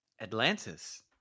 atlantis